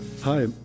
Hi